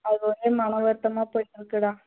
அது வந்து மனவருத்தமாக போயிட்டிருக்குடா